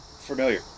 Familiar